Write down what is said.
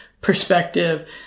perspective